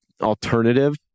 alternative